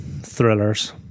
thrillers